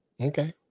okay